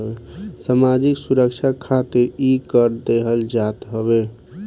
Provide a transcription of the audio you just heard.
सामाजिक सुरक्षा खातिर इ कर देहल जात हवे